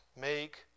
make